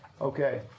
okay